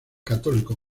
católico